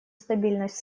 стабильность